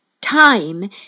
Time